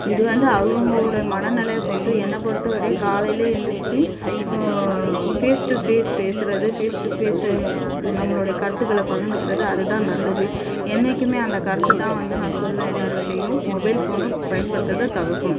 இது வந்து அவங்களோட மனநிலைய பொறுத்து என்னை பொறுத்த வரையும் காலையிலே எழுந்திரிச்சி ஃபேஸ் டு ஃபேஸ் பேசுகிறது ஃபேஸ் டு ஃபேஸ்ஸு நம்மளுடைய கருத்துக்களை பகிர்ந்துக்கிறது அதுதான் நல்லது என்றைக்குமே அந்த கருத்து தான் வந்து நான் சொல்வேன் எல்லாேருக்கிட்டையும் மொபைல் ஃபோனு பயன்படுத்துகிறத தவிர்க்கணும்